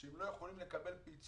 שהם לא יכולים לקבל פיצוי